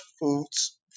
foods